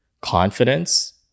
confidence